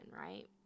right